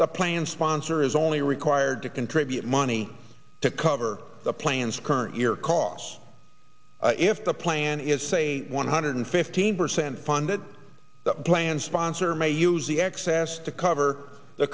the plan sponsor is only required to contribute money to cover the plan's current year costs if the plan is say one hundred fifteen percent funded the plan sponsor may use the excess to cover the